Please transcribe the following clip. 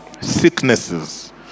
Sicknesses